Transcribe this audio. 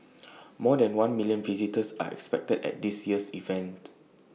more than one million visitors are expected at this year's event